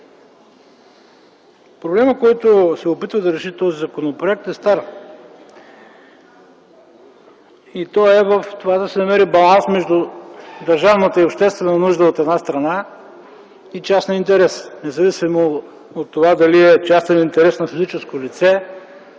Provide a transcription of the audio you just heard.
проблемът, който се опитва да реши този законопроект, е стар. Той е в това да се намери баланс между държавната и обществена нужда, от една страна, и частния интерес, независимо дали е частен интерес на физическо лице